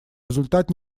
результат